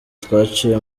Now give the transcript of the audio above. twaciye